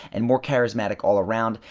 and more charismatic all around.